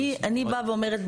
ואני באה ואומרת,